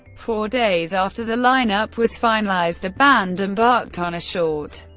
four days after the lineup was finalized, the band embarked on a short,